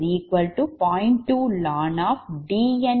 2ln Dn3r1D2mHKm